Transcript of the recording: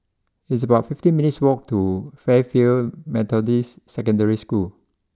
it's about fifty minutes' walk to Fairfield Methodist Secondary School